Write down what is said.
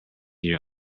your